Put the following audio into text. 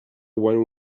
when